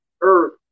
earth